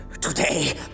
Today